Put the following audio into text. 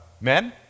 Men